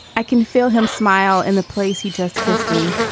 i can feel him smile in the place he just kissed me